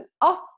off